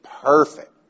perfect